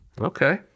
Okay